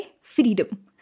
freedom